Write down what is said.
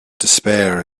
despair